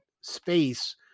space